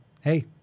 hey